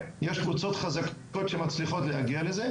יש קבוצות חזקות שמצליחות להגיע לזה,